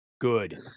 good